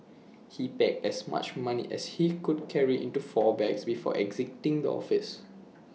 he packed as much money as he could carry into four bags before exiting the office